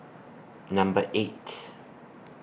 Number eight